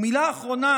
ומילה אחרונה,